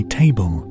table